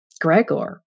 Gregor